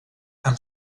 amb